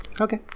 Okay